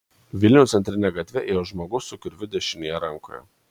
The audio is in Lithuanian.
vilniaus centrine gatve ėjo žmogus su kirviu dešinėje rankoje